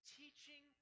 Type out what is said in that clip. teaching